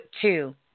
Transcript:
two